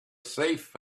thief